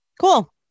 cool